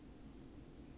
yes